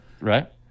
Right